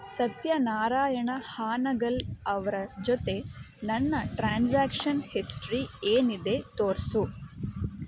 ಸತ್ಯನಾರಾಯಣ ಹಾನಗಲ್ ಅವರ ಜೊತೆ ನನ್ನ ಟ್ರಾನ್ಸಾಕ್ಷನ್ ಹಿಸ್ಟ್ರಿ ಏನಿದೆ ತೋರಿಸು